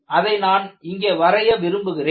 அதை நான் இங்கே வரைய விரும்புகிறேன்